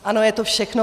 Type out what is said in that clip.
Ano je to všechno.